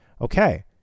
Okay